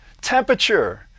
Temperature